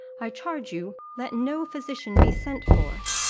i charge you let no physician be sent for.